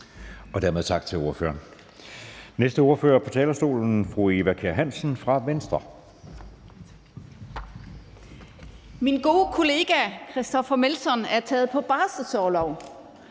vi siger tak til ordføreren